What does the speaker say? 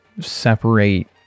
separate